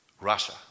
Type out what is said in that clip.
Russia